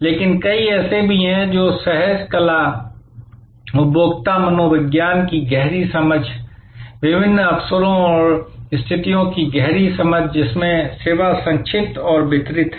लेकिन कई ऐसे भी हैं जो सहज कला उपभोक्ता मनोविज्ञान की गहरी समझ विभिन्न अवसरों और स्थितियों की गहरी समझ जिसमें सेवा संक्षिप्त और वितरित है